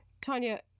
Tanya